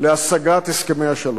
להשגת הסכמי השלום.